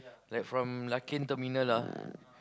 like from Larkin-Terminal ah